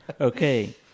Okay